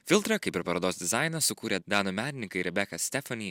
filtrą kaip ir parodos dizainą sukūrė danų menininkai rebeka stefany